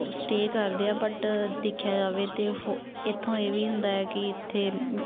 ਉਹ ਸਟੇਅ ਕਰਦੇ ਆ ਬਟ ਦੇਖਿਆ ਜਾਵੇ ਤਾਂ ਉਹ ਇੱਥੋਂ ਇਹ ਵੀ ਹੁੰਦਾ ਹੈ ਕਿ ਇੱਥੇ